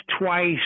twice